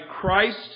Christ